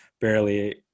barely